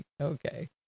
Okay